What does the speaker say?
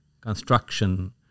construction